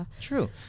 true